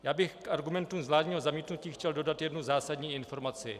Já bych k argumentu vládního zamítnutí chtěl dodat jednu zásadní informaci.